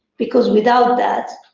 because without that,